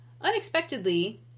Unexpectedly